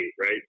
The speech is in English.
right